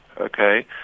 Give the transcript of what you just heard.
Okay